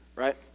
Right